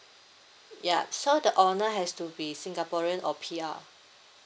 yup so the owner has to be singaporean or P_R